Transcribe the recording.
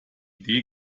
idee